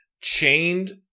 chained